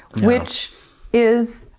which is,